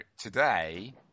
today